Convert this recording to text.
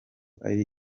ari